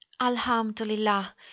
Alhamdulillah